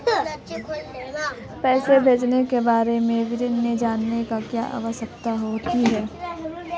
पैसे भेजने के बारे में विवरण जानने की क्या आवश्यकता होती है?